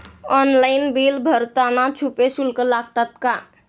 Online bill भरताना छुपे शुल्क लागतात का?